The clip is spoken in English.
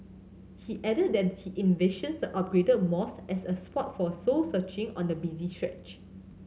he added that he envisions the upgraded mosque as a spot for soul searching on the busy stretch